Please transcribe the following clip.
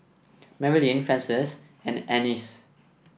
Marilyn Frances and Annice